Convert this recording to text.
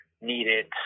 needed